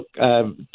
look